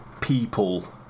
people